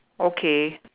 okay